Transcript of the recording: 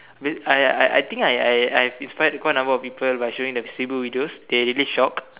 I I I think I I I've inspired quite a number of people by showing the Cebu videos they are really shocked